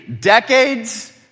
decades